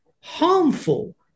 harmful